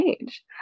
age